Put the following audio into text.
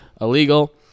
illegal